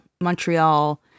montreal